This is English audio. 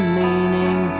meaning